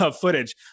footage